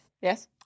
Yes